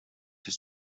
his